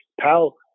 pal